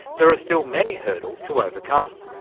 there are still many hurdles to overcome.